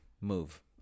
move